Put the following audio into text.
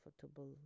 comfortable